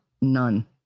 None